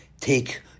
Take